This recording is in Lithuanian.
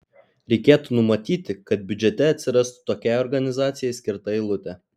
reikėtų numatyti kad biudžete atsirastų tokiai organizacijai skirta eilutė